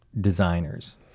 designers